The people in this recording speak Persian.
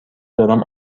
دارم